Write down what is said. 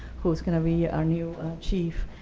who's going to be our new chief.